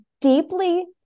deeply